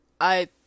I-